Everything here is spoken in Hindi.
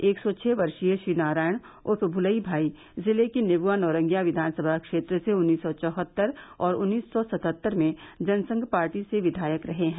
एक सौ छह वर्षीय श्रीनारायण उर्फ भुलई भाई जिले की नेदआ नौरंगिया विधानसभा क्षेत्र से उन्नीस सौ चौहत्तर और उन्नीस सौ सतहत्तर में जनसंघ पार्टी से विधायक रहे हैं